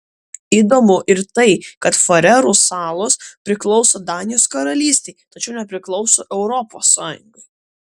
įdomu ir tai kad farerų salos priklauso danijos karalystei tačiau nepriklauso europos sąjungai